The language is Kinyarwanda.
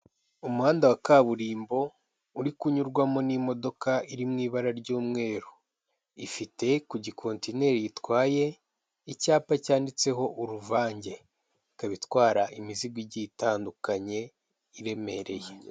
Umuhanda wa kaburimbo uri kunyurwamo n'imodoka iri mu ibara ry'umweru, ifite ku gikontineri yitwaye icyapa cyanditseho uruvange, ikaba itwara imizigo igiye itandukanye iremereye.